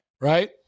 Right